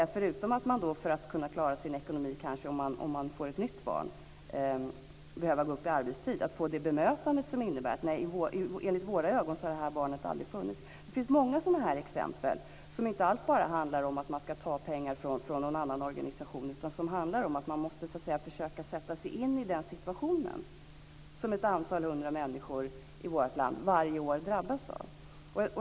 Förutom att man för att kunna klara sin ekonomi om man får ett nytt barn kanske behöver gå upp i arbetstid kan man få ett bemötande som går ut på att det här barnet aldrig funnits. Det finns många sådana här exempel som inte alls bara handlar om att man ska ta pengar från någon annan organisation utan om att man måste försöka sätta sig in i den situation som några hundratal människor i vårt land varje år drabbas av.